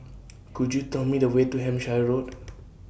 Could YOU Tell Me The Way to Hampshire Road